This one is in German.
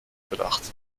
bedacht